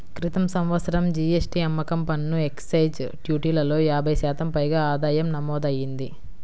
క్రితం సంవత్సరం జీ.ఎస్.టీ, అమ్మకం పన్ను, ఎక్సైజ్ డ్యూటీలలో యాభై శాతం పైగా ఆదాయం నమోదయ్యింది